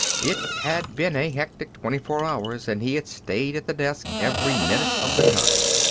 it had been a hectic twenty-four hours and he had stayed at the desk every minute of the time.